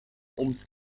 ums